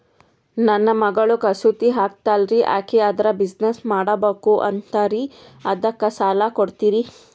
ನನ್ನ ಮಗಳು ಕಸೂತಿ ಹಾಕ್ತಾಲ್ರಿ, ಅಕಿ ಅದರ ಬಿಸಿನೆಸ್ ಮಾಡಬಕು ಅಂತರಿ ಅದಕ್ಕ ಸಾಲ ಕೊಡ್ತೀರ್ರಿ?